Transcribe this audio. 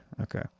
Okay